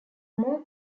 more